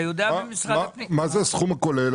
מה זה "הסכום הכולל"?